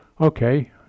Okay